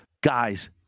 Guys